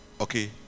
okay